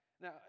Now